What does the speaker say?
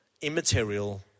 immaterial